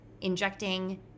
injecting